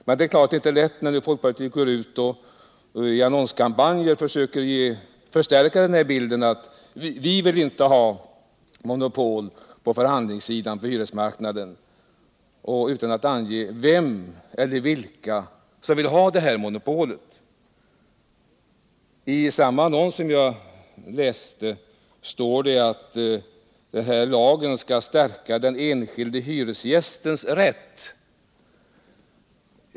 Men det är klart att det inte är lätt, med tanke på att folkpartiet nu i annonskampanjer försöker förstärka bilden att man inte önskar att monopol skall finnas på förhandlingar på hyresmarknaden — utan alt ange vem eller vilka som vill ha detta monopol. I samma annons som jag läst står det att hyreslagen skall stärka den enskilde hyresgästens rätt.